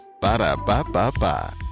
Ba-da-ba-ba-ba